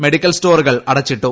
medical സ്റ്റോറുകൾ അടച്ചിട്ടു